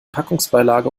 packungsbeilage